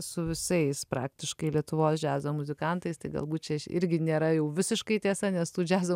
su visais praktiškai lietuvos džiazo muzikantais tai galbūt čia irgi nėra jau visiškai tiesa nes tų džiazo